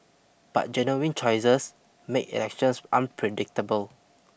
but genuine choices make elections unpredictable